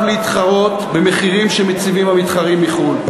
להתחרות במחירים שמציבים המתחרים מחו"ל,